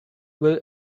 will